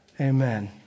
Amen